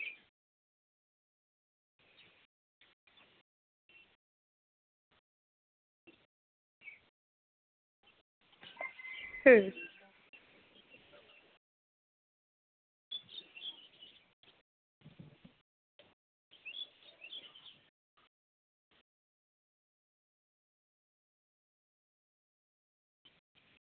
ᱦᱩᱸ